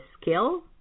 skill